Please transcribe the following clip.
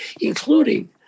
including